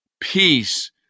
Peace